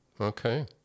Okay